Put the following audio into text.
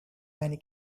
many